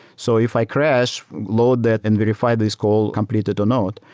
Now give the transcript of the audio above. so if i crash, load that and verify this call company to denote.